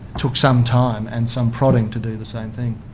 took some time and some prodding to do the same thing.